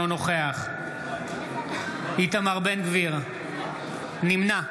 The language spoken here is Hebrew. נוכח איתמר בן גביר, נמנע